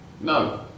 No